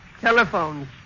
telephones